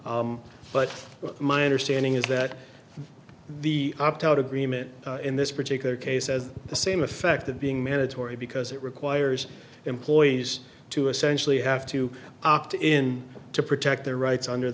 but my understanding is that the opt out agreement in this particular case says the same effect of being mandatory because it requires employees to essentially have to opt in to protect their rights under